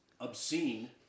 obscene